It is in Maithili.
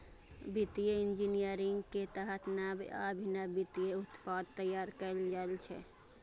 वित्तीय इंजीनियरिंग के तहत नव आ अभिनव वित्तीय उत्पाद तैयार कैल जाइ छै